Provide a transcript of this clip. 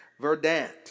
verdant